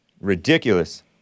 Ridiculous